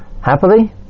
happily